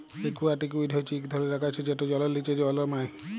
aquatic weed হচ্যে ইক ধরলের আগাছা যেট জলের লিচে জলমাই